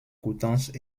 coutances